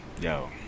yo